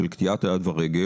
של קטיעת יד ורגל?